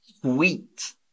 sweet